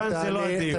כאן זה לא הדיון.